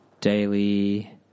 daily